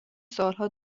سوالها